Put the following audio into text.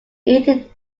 needed